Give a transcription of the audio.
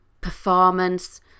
performance